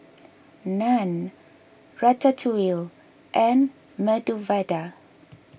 Naan Ratatouille and Medu Vada